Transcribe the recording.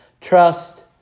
trust